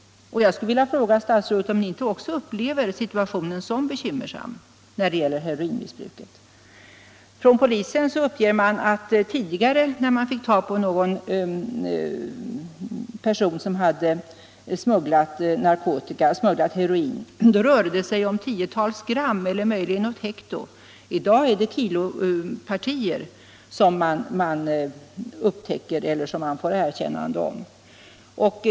Jag skulle vilja fråga statsrådet om ni inte också upplever situationen som bekymmersam när det gäller heroinmissbruket. Från polisen uppger man att det tidigare, när man fick tag på någon person som smugglat heroin, rörde sig om tiotals gram eller möjligen något hekto. I dag är det kilopartier som man upptäcker eller får erkännande om.